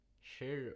share